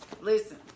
Listen